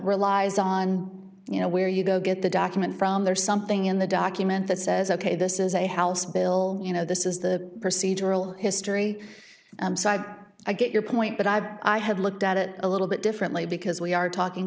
relies on you know where you go get the document from there's something in the document that says ok this is a house bill you know this is the procedural history side i get your point but i've i have looked at it a little bit differently because we are talking